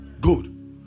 Good